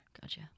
Gotcha